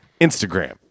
Instagram